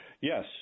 Yes